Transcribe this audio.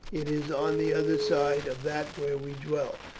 it is on the other side of that where we dwell.